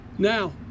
Now